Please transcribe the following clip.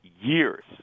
years